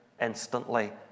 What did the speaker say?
instantly